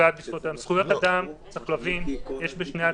זכויות אדם, צריך להבין, יש בשני הצדדים.